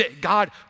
God